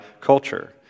culture